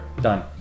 Done